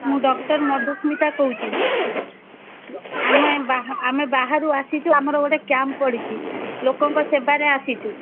ମୁଁ ଡକ୍ଟର ମଧୁସ୍ନିତା କହୁଛି ଆମେ ବାହା ଆମେ ବାହାରୁ ଆସିଛୁ ଆମର ଗୋଟେ କ୍ୟାମ୍ପ ପଡ଼ିଛି ଲୋକଙ୍କ ସେବାରେ ଆସିଛୁ